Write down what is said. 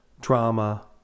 drama